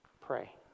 Pray